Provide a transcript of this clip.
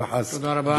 חלילה וחס,